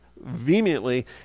vehemently